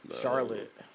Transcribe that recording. Charlotte